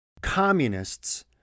communists